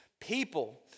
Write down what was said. people